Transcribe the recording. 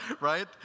Right